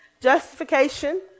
Justification